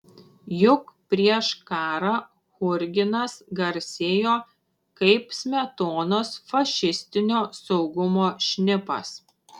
juk prieš karą churginas garsėjo kaip smetonos fašistinio saugumo šnipas